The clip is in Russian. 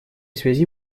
связи